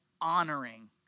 honoring